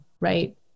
right